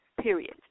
period